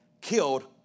killed